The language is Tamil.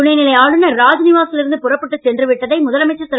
துணைநிலை ஆளுநர் ராஜ்நிவாசில் இருந்து புறப்பட்டுச் சென்று விட்டதை முதலமைச்சர் திரு